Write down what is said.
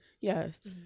Yes